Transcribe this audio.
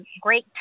great